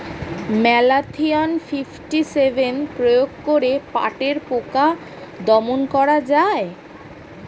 Malathion fifty seven প্রয়োগ করে পাটের পোকা দমন করা যায়?